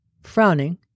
Frowning